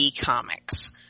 Comics